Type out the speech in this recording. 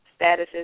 statuses